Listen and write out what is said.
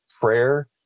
prayer